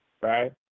right